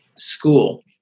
School